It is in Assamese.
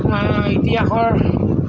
ইতিহাসৰ